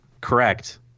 Correct